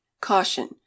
caution